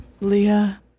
Leah